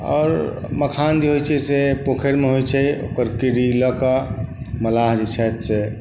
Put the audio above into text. आओर मखान जे होइ छै से पोखरिमे होइ छै ओकर किरी लऽ कऽ मलाह जे छथि से